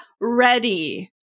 ready